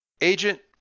Agent